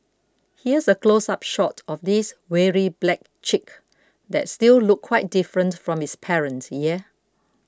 here's a close up shot of this weary black chick that still looked quite different from its parent yeah